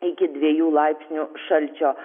iki dviejų laipsnių šalčio